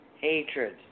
Hatred